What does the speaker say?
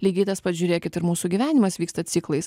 lygiai tas pat žiūrėkit ir mūsų gyvenimas vyksta ciklais